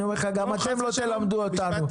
אני אומר לך שגם אתם לא תלמדו אותנו.